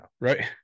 right